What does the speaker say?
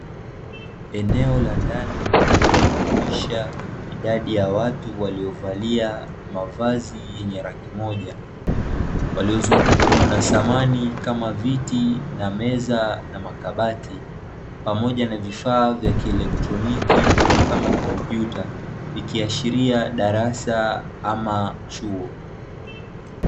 Eneo la ndani linalojumuisha idadi ya watu waliovalia mavazi yenye rangi moja, waliozungukwa na samani kama: viti, na meza, na makabati, pamoja na vifaa vya kielekitroniki kama kompyuta, vikiashiria darasa ama chuo.